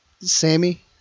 Sammy